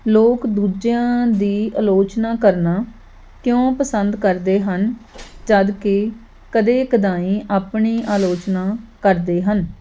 ਲੋਕ ਦੂਜਿਆਂ ਦੀ ਆਲੋਚਨਾ ਕਰਨਾ ਕਿਉਂ ਪਸੰਦ ਕਰਦੇ ਹਨ ਜਦੋਂ ਕਿ ਕਦੇ ਕਦਾਈਂ ਆਪਣੀ ਆਲੋਚਨਾ ਕਰਦੇ ਹਨ